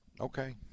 Okay